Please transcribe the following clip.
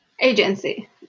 Agency